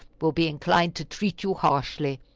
will be inclined to treat you harshly.